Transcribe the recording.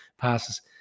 passes